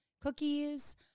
Cookies